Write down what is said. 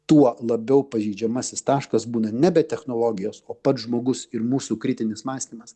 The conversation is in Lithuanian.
tuo labiau pažeidžiamasis taškas būna nebe technologijos o pats žmogus ir mūsų kritinis mąstymas